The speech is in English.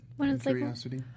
curiosity